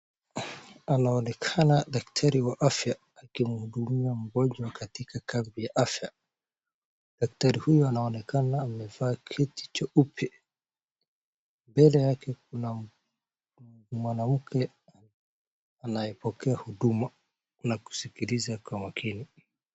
Anaonekana daktari wa afya akimhudumia mgonjwa katika kambi ya afya. Daktari huyu anaonekana amevaa kitu cheupe. Mbele yake kuna mwanamke anayepokea huduma na kusikiliza kwa makini.